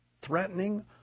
threatening